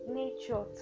nature